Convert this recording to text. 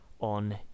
on